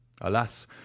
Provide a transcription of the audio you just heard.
Alas